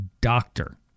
doctor